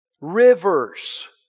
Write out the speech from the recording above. Rivers